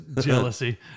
jealousy